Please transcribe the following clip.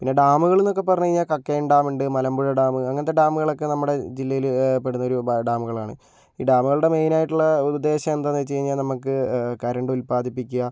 പിന്നെ ഡാമുകളെന്നൊക്കെ പറഞ്ഞ് കഴിഞ്ഞാൽ കക്കയം ഡാമുണ്ട് മലമ്പുഴ ഡാമ് അങ്ങനത്തെ ഡാമുകളൊക്കെ നമ്മുടെ ജില്ലയില് പെടുന്നൊരു ഡാമുകളാണ് ഈ ഡാമുകളുടെ മെയിനായിട്ടുള്ള ഉദ്ദേശം എന്താണെന്ന് വെച്ചുകഴിഞ്ഞാൽ നമുക്ക് കറണ്ട് ഉല്പാദിപ്പിക്കുക